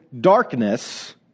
darkness